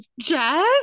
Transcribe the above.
jazz